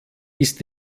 ist